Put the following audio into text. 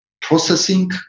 processing